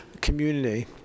community